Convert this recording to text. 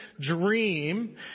dream